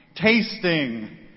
tasting